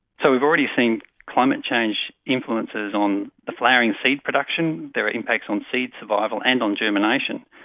so we've already seen climate change influences on the flowering seed production, there are impacts on seed survival and on germination.